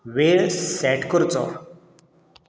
वेळ सॅट करचो